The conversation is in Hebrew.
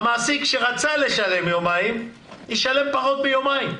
המעסיק שרצה לשלם יומיים, ישלם פחות מיומיים,